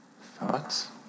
Thoughts